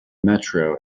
metro